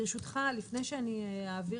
ברשותך, אני אעביר